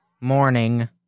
morning